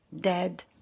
dead